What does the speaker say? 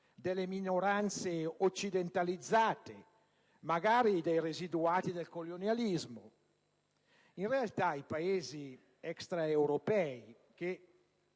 delle minoranze occidentalizzate, magari dei residuati del colonialismo. In realtà i Paesi extraeuropei che,